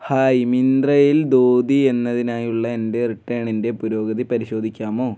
hi മിന്ത്രയിൽ ധോതി എന്നതിനായുള്ള എൻ്റെ റിട്ടേണിൻ്റെ പുരോഗതി പരിശോധിക്കാമോ